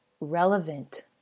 relevant